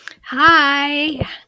Hi